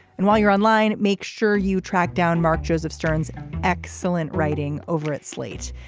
and while you're online make sure you track down mark joseph stearns excellent writing over at slate.